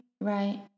Right